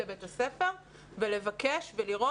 אורלי, ביקשת להתייחס.